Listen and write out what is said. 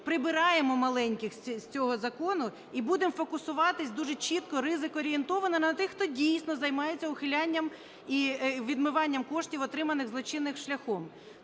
прибираємо маленьких з цього закону і будемо фокусуватись дуже чітко ризик-орієнтовано на тих, хто дійсно займається ухилянням і відмиванням коштів, отриманих злочинним шляхом.